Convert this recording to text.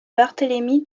barthélemy